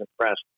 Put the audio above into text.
impressed